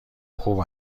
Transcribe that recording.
خوب